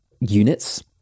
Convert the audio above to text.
units